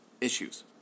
issues